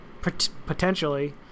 potentially